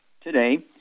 today